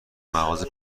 مغازه